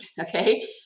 okay